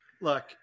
look